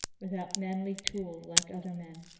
without manly tool like other men,